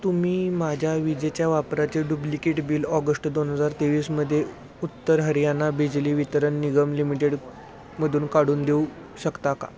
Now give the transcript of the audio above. तुम्ही माझ्या विजेच्या वापराचे डुब्लिकेट बिल ऑगश्ट दोन हजार तेवीसमध्ये उत्तर हरियाणा बिजली वितरण निगम लिमिटेडमधून काढून देऊ शकता का